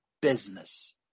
business